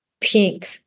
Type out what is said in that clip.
pink